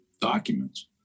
documents